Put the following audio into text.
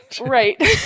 Right